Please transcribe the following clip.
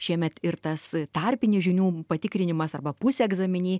šiemet ir tas tarpinis žinių patikrinimas arba pusegzaminiai